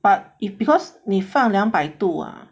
but is because 你放两百度啊